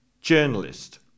journalist